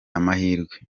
amahirwe